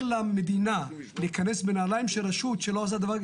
למדינה להיכנס בנעליים של רשות שלא עושה דבר,